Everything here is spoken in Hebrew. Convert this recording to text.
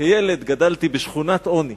החוק עצמו נתייחס בסוף